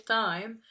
time